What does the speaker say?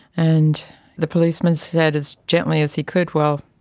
and the policeman said as gently as he could, well,